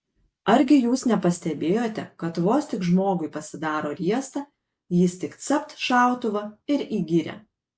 argi jūs nepastebėjote kad vos tik žmogui pasidaro riesta jis tik capt šautuvą ir į girią